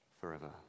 forever